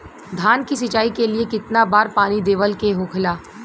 धान की सिंचाई के लिए कितना बार पानी देवल के होखेला?